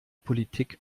politik